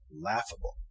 laughable